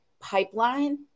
pipeline